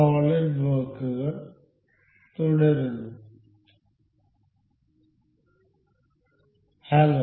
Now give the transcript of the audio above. solid വർക്കുകൾ തുടരുന്നു hello